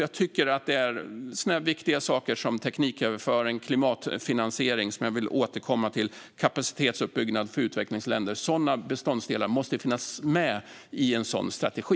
Jag tycker nämligen att viktiga saker som tekniköverföring, klimatfinansiering - som jag vill återkomma till - och kapacitetsutbyggnad för utvecklingsländer är beståndsdelar som måste finnas med i en sådan strategi.